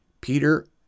Peter